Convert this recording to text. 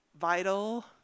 vital